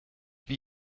wie